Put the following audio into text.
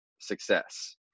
success